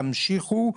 תמשיכו,